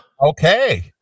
Okay